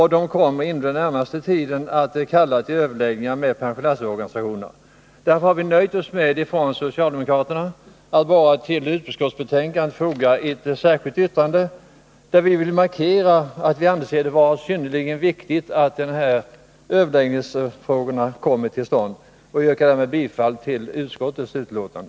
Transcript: Man kommer inom den närmaste tiden att kalla till överläggningar med pensionärsorganisationerna. Därför har vi socialdemokrater i utskottet nöjt oss med att till betänkandet foga ett särskilt yttrande, varmed vi vill markera att vi anser det vara synnerligen viktigt att dessa överläggningar kommer till stånd. Jag yrkar härmed bifall till utskottets hemställan.